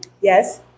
yes